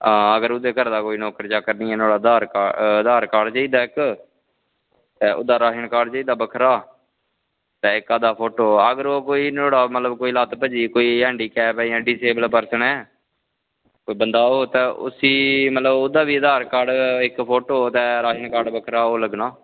अगर नुहाड़े घरै आह्ला नौकर निं ऐ ते नुहाड़ा आधार कार्ड चाहिदा इक्क ते ओह्दा राशन कार्ड चाहिदा बक्खरा ते इक्क अद्धा फोटो अगर कोई नुहाड़ा कोई जां लत्त भज्जी दी जां डिसेबल ऐ ते बंदा ओह् उसी बी मतलब आधार कार्ड फोटो ते राशन कार्ड बक्खरा लग्गना